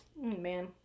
man